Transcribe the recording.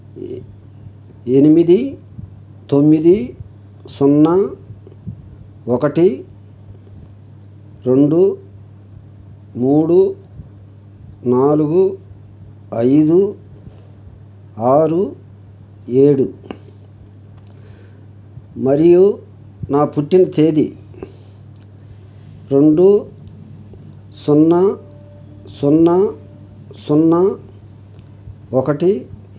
ఏ ఎనిమిది తొమ్మిది సున్నా ఒకటి రెండు మూడు నాలుగు ఐదు ఆరు ఏడు మరియు నా పుట్టిన తేదీ రెండు సున్నా సున్నా సున్నా ఒకటి